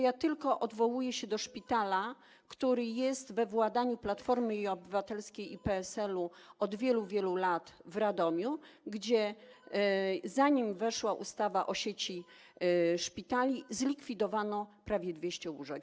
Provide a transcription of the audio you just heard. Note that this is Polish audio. Ja tylko powołuję się na przykład szpitala, który jest we władaniu Platformy Obywatelskiej i PSL-u od wielu, wielu lat: w Radomiu, zanim weszła ustawa o sieci szpitali, zlikwidowano prawie 200 łóżek.